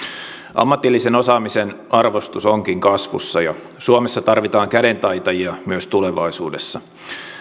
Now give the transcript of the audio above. ammatillisen osaamisen arvostus onkin kasvussa ja suomessa tarvitaan kädentaitajia myös tulevaisuudessa